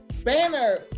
Banner